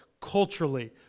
culturally